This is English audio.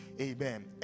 amen